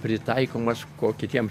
pritaikomas ko kitiem